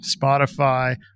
spotify